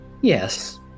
Yes